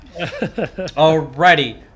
Alrighty